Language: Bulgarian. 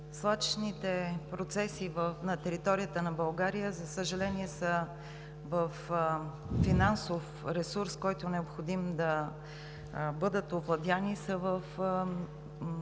свлачищните процеси на територията на България, за съжаление, и финансовият ресурс, който е необходим, за да бъдат овладени, е в